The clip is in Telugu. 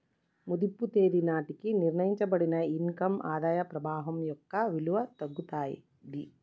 మదింపు తేదీ నాటికి నిర్ణయించబడిన ఇన్ కమ్ ఆదాయ ప్రవాహం యొక్క విలువ అయితాది